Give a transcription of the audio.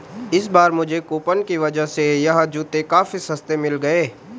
इस बार मुझे कूपन की वजह से यह जूते काफी सस्ते में मिल गए